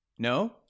No